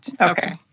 Okay